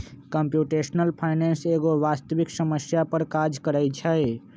computational finance एगो वास्तविक समस्या पर काज करइ छै